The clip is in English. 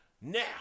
Now